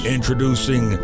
Introducing